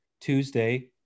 Tuesday